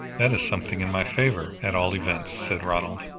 that is something in my favor, at all events, said ronald.